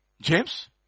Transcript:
James